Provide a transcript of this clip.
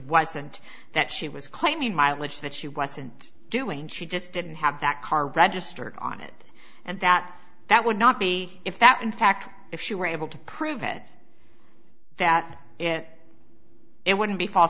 wasn't that she was claiming mileage that she wasn't doing she just didn't have that car registered on it and that that would not be if that in fact if she were able to prove it that it it wouldn't be f